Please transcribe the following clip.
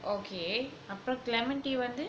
okay upper clementi வந்து:vanthu